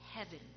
heaven